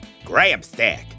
GrabStack